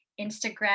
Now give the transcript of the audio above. Instagram